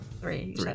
three